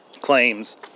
claims